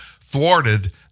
thwarted